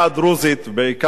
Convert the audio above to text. בעיקר בכרמל,